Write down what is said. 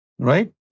Right